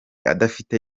adafite